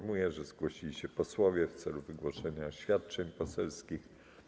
Informuję, że zgłosili się posłowie w celu wygłoszenia oświadczeń poselskich.